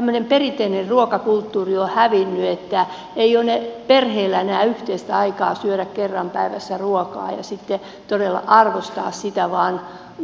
tämmöinen perinteinen ruokakulttuuri on hävinnyt että ei ole perheillä enää yhteistä aikaa syödä kerran päivässä ruokaa ja sitten todella arvostaa sitä vaan